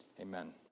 Amen